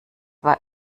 war